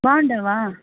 బాగున్నావా